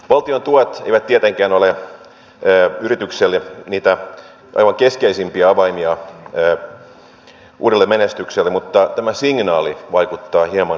valtion tuet eivät tietenkään ole yritykselle niitä aivan keskeisimpiä avaimia uudelle menestykselle mutta tämä signaali vaikuttaa hieman erikoiselta